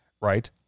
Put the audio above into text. right